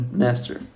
master